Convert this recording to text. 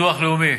ביטוח לאומי,